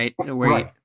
right